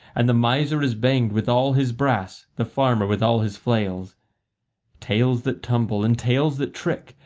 and the miser is banged with all his brass, the farmer with all his flails tales that tumble and tales that trick,